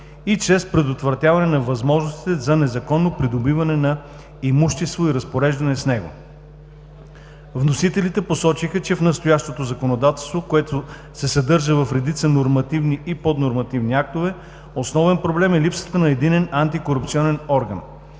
и чрез предотвратяване на възможностите за незаконно придобиване на имущество и разпореждане с него. Вносителите посочиха, че в настоящото законодателство, което се съдържа в редица нормативни и поднормативни актове, основен проблем е липсата на единен антикорупционен орган.